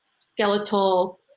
skeletal